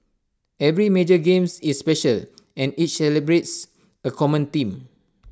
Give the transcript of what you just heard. every major games is special and each celebrates A common theme